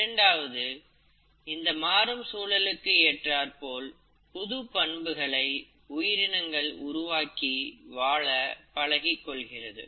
இரண்டாவது இந்த மாறும் சூழலுக்கு ஏற்றார்போல் புது பண்புகளை உயிரினங்கள் உருவாக்கி வாழ பழகிக் கொள்கிறது